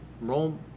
Roll